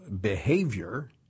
behavior